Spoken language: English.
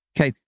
Okay